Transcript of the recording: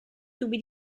tubi